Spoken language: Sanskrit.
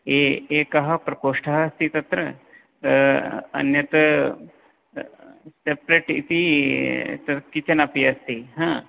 एकः प्रकोष्ठः अस्ति तत्र अन्यत सेपरेट् इति किचेन् अपि अस्ति